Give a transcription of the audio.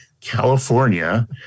California